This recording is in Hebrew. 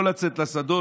לא לצאת לשדות,